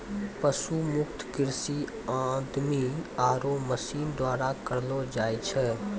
पशु मुक्त कृषि आदमी आरो मशीन द्वारा करलो जाय छै